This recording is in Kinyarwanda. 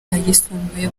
ayisumbuye